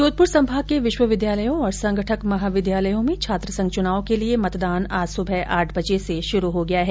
जोधपुर संभाग के विश्वविद्यालयों और संघठक महाविद्यालयों में छात्रसंघ चुनाव के लिये मतदान आज सुबह आठ बजे से शुरू हो गया है